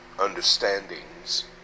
understandings